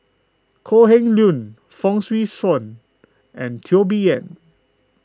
Kok Heng Leun Fong Swee Suan and Teo Bee Yen